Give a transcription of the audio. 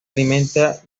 alimenta